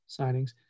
signings